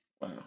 Wow